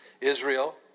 Israel